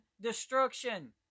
destruction